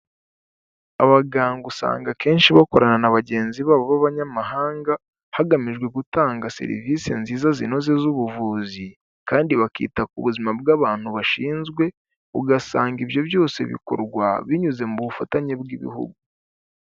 Abaganga usanga akenshi bakorana na bagenzi babo b'abanyamahanga, hagamijwe gutanga serivisi nziza zinoze z'ubuvuzi kandi bakita ku buzima bw'abantu bashinzwe, ugasanga ibyo byose bikorwa binyuze mu bufatanye bw'ibihugu.